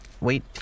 wait